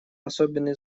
особенный